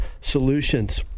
solutions